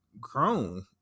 grown